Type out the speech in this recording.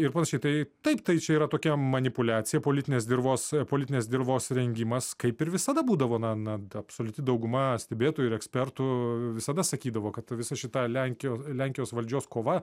ir panašiai tai taip tai čia yra tokia manipuliacija politinės dirvos politinės dirvos rengimas kaip ir visada būdavo na na ta absoliuti dauguma stebėtojų ir ekspertų visada sakydavo kad visa šita lenkijos lenkijos valdžios kova